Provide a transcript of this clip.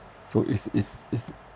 so is is is